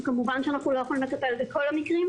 וכמובן שאנחנו לא יכולים לטפל בכל המקרים.